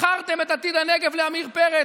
מכרתם את עתיד הנגב לעמיר פרץ,